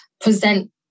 present